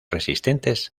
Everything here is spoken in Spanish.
resistentes